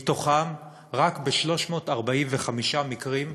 מתוכם רק ב-345 מקרים,